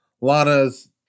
Lana's